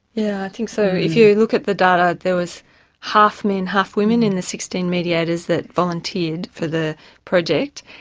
yeah i think so. if you look at the data, there was half men half women in the sixteen mediators that volunteered for the project,